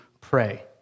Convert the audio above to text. pray